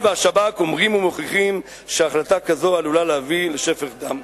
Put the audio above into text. אם צה"ל והשב"כ אומרים ומוכיחים שהחלטה כזאת עלולה להביא לשפך דם.